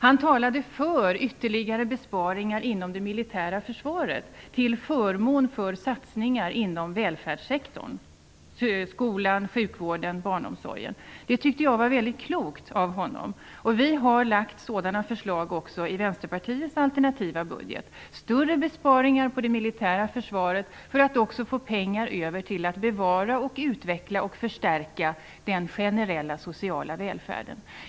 Han talade för ytterligare besparingar inom det militära försvaret till förmån för satsningar inom välfärdssektorn, t.ex. skolan, sjukvården och barnomsorgen. Det tyckte jag var väldigt klokt av honom. Vi har i Vänsterpartiets alternativa budget också lagt fram sådana förslag. De innebär större besparingar på det militära försvaret för att också få pengar över till att bevara, utveckla och förstärka den generella sociala välfärden.